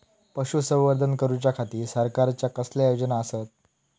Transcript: पशुसंवर्धन करूच्या खाती सरकारच्या कसल्या योजना आसत?